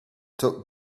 took